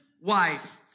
wife